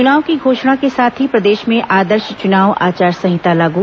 च्नाव की घोषणा के साथ ही प्रदेश में आदर्श चुनाव आचार संहिता लागू